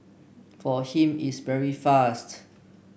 for him it's very fast